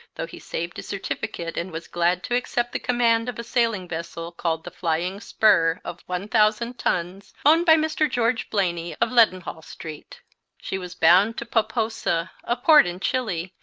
though he saved his certificate and was glad to accept the command of a sailing vessel called the flying spur of one thousand tons, owned by mr. george blaney of leadenhall street she was bound to poposa, a port in chili,